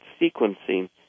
sequencing